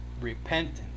repentance